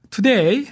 Today